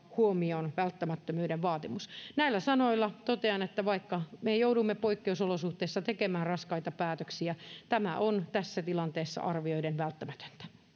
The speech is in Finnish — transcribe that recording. huomioon välttämättömyyden vaatimus näillä sanoilla totean että vaikka me joudumme poikkeusolosuhteissa tekemään raskaita päätöksiä tämä on tässä tilanteessa arvioiden välttämätöntä